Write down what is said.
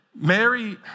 Mary